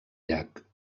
llac